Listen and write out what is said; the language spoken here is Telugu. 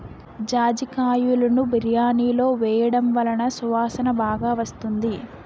జాజికాయలును బిర్యానిలో వేయడం వలన సువాసన బాగా వస్తుంది